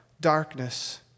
darkness